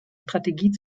strategie